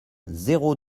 zéro